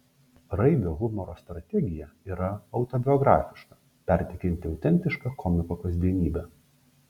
raibio humoro strategija yra autobiografiška perteikianti autentišką komiko kasdienybę